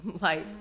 life